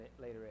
later